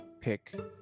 pick